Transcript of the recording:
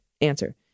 Answer